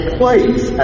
place